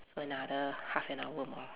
so another half an hour more